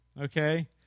okay